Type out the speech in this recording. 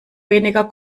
weniger